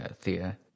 Thea